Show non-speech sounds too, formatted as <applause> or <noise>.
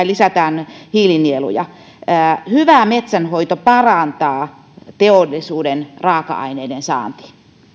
<unintelligible> lisätään hiilinieluja hyvä metsänhoito parantaa teollisuuden raaka aineiden saantia